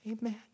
Amen